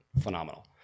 phenomenal